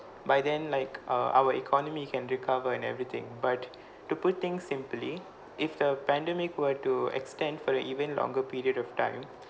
by then like uh our economy can recover and everything but to put things simply if the pandemic were to extend for a even longer period of time